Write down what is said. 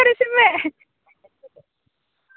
receive ᱢᱮ